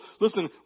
listen